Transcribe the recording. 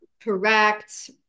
correct